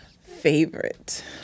Favorite